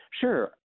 Sure